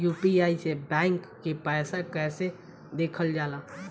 UPI से bank के पैसा कैसे देखल जाला?